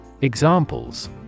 Examples